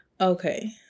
Okay